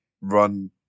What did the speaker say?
run